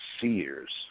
seers